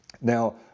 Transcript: Now